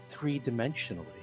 three-dimensionally